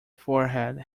forehead